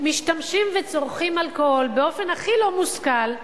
משתמשים וצורכים אלכוהול באופן הכי לא מושכל,